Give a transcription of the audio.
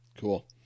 Cool